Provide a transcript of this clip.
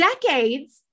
decades